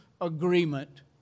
agreement